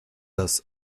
das